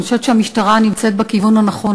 אני חושבת שהמשטרה נמצאת בכיוון הנכון.